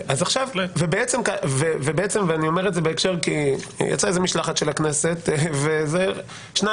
אני אומר את זה כי יצאה משלחת של הכנסת ושניים-שלושה